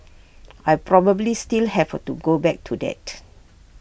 I probably still have to go back to that